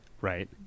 right